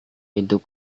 pintu